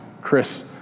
Chris